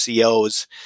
COs